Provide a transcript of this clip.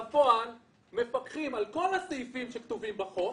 בפועל מפקחים על כל הסעיפים שכתובים בחוק,